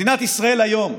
מדינת ישראל היום,